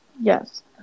yes